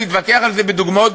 נתווכח על זה בדוגמאות,